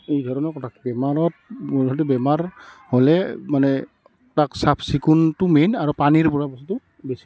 এই ধৰণৰ কথা বেমাৰত মুঠতে বেমাৰ হ'লে মানে তাক চাফ চিকুণটো মেইন আৰু পানীৰ পৰা বস্তুটো বেছি হয়